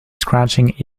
scratching